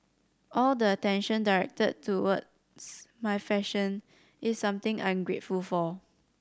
all the attention directed towards my fashion is something I'm grateful for